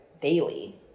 daily